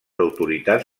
autoritats